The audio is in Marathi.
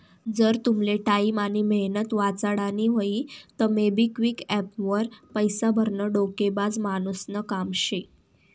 जर तुमले टाईम आनी मेहनत वाचाडानी व्हयी तं मोबिक्विक एप्प वर पैसा भरनं डोकेबाज मानुसनं काम शे